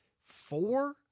four